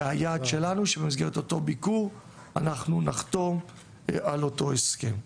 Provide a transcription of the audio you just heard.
והיעד שלנו זה שבמסגרת אותה נסיעה אנחנו נחתום על אותו הסכם.